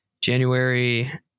January